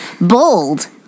Bold